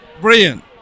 Brilliant